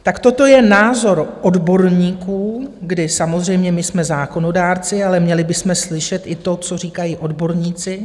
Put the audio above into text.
Tak toto je názor odborníků, kdy samozřejmě my jsme zákonodárci, ale měli bychom slyšet i to, co říkají odborníci.